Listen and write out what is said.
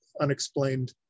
unexplained